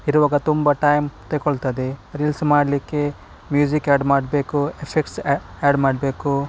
ಇರುವಾಗ ತುಂಬ ಟೈಮ್ ತಗೊಳ್ತದೆ ರೀಲ್ಸ್ ಮಾಡಲಿಕ್ಕೆ ಮ್ಯೂಸಿಕ್ ಆ್ಯಡ್ ಮಾಡಬೇಕು ಎಫೆಕ್ಟ್ಸ್ ಯಾ ಯಾಡ್ ಮಾಡಬೇಕು